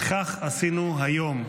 וכך עשינו היום.